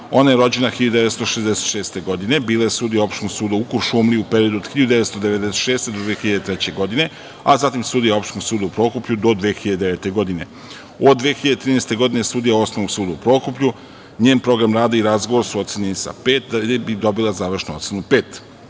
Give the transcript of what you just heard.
Ona je rođena 1966. godine. Bila je sudija Opštinskog suda u Kuršumliji u periodu od 1996. do 2003. godine, a zatim sudija Opštinskog suda u Prokuplju do 2009. godine. Od 2013. godine je sudija Osnovnog suda u Prokuplju. Njen program rada i razgovor su ocenjeni sa „pet“, da bi dobila završnu ocenu